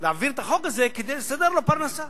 להעביר את החוק הזה כדי לסדר לו פרנסה.